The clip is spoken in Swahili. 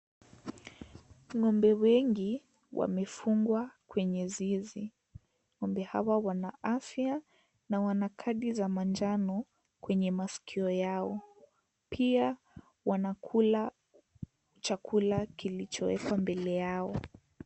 Ngombe wengi wamefungwa kwenye zizi, ngombe hawa wana afya na wanakasi za manjano kwenye maskio yao na pia wanakula chakula kilichokua mbele yao.